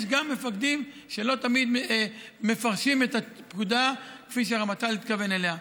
יש גם מפקדים שלא תמיד מפרשים את הפקודה כפי שהרמטכ"ל התכוון אליה.